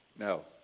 No